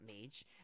mage